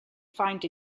find